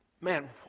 Man